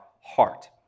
heart